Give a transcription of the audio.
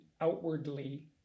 outwardly